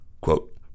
quote